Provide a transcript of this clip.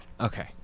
Okay